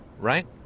right